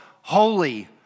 Holy